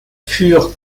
furent